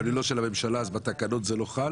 אבל היא לא של הממשלה אז בתקנות זה לא חל.